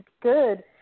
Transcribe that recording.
Good